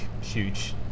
huge